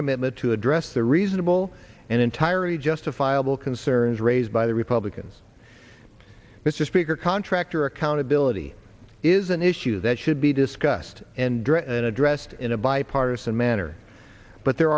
commitment to address the reasonable and entirely justifiable concerns raised by the republicans mr speaker contractor accountability is an issue that should be discussed and driven addressed in a bipartisan manner but there